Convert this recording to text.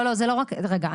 לא, לא זה לא רק, רגע.